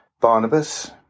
Barnabas